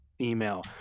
email